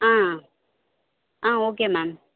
ah ah okay ma'am